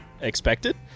expected